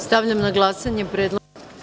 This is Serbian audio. Stavljam na glasanje predlog.